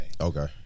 Okay